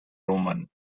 roman